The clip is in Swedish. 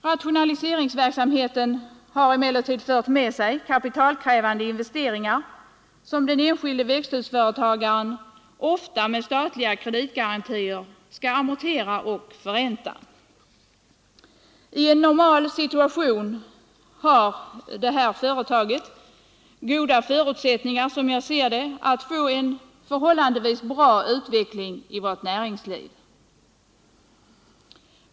Rationaliseringsverksamheten har emellertid fört med sig kapitalkrävande investeringar, som den enskilde växthusföretagaren — ofta med statliga kreditgarantier — skall amortera och förränta. I en normal situation har ett sådant företag, såsom jag ser det, goda förutsättningar för en förhållandevis god utveckling i vårt näringsliv.